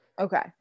Okay